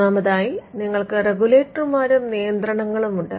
മൂന്നാമതായി നിങ്ങൾക്ക് റെഗുലേറ്റർമാരും നിയന്ത്രണങ്ങളും ഉണ്ട്